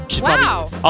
Wow